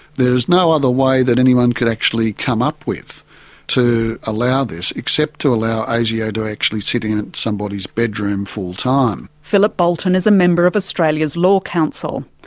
there is no other way that anyone could actually come up with to allow this, except to allow asio to actually sit in somebody's bedroom fulltime. philip boulten is a member of australia's law council.